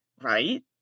right